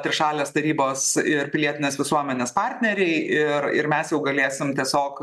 trišalės tarybos ir pilietinės visuomenės partneriai ir ir mes jau galėsim tiesiog